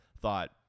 thought